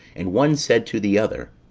and one said to the other